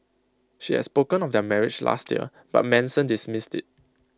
she had spoken of their marriage last year but Manson dismissed IT